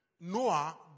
Noah